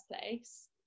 place